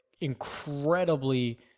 incredibly